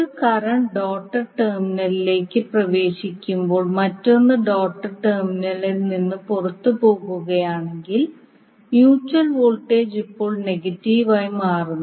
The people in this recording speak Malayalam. ഒരു കറന്റ് ഡോട്ട്ഡ് ടെർമിനലിലേക്ക് പ്രവേശിക്കുമ്പോൾ മറ്റൊന്ന് ഡോട്ട്ഡ് ടെർമിനലിൽ നിന്ന് പുറത്തുപോകുകയാണെങ്കിൽ മ്യൂച്വൽ വോൾട്ടേജ് ഇപ്പോൾ നെഗറ്റീവ് ആയി മാറുന്നു